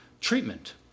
treatment